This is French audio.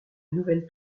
nouvelle